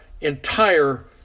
entire